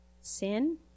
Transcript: sin